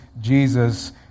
Jesus